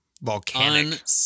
Volcanic